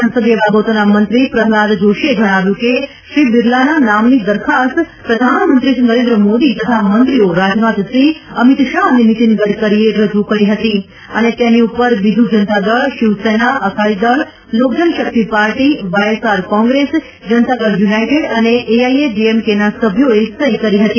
સંસદિય બાબતોના મંત્રી પ્રહલાદ જોશીએ જણાવ્યું કે શ્રી બિરલાના નામની દરખાસ્ત પ્રધાનમંત્રીશ્રી નરેન્દ્ર મોદી તથા મંત્રીઓ રાજનાથસિંહ અમીત શાહ અને નીતીન ગડકરીએ રજૂ કરી હતી અને તેની પર Biju Janata Dal Shivsena Akali Dal Lok Janshakti party YSR Congress Janata Dal United અને એઆઇએડીએમકેના સભ્યોએ સહી કરી હતી